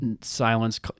Silence